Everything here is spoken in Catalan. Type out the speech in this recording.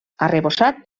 arrebossat